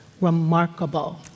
remarkable